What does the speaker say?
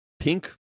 pink